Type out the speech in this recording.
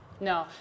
No